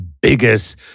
biggest